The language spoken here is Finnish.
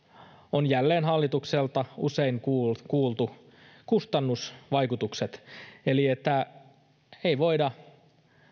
on jälleen hallitukselta usein kuultu kustannusvaikutukset eli se että ei voida